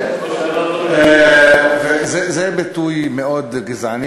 זה ביטוי מאוד גזעני,